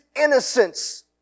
innocence